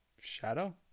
Shadow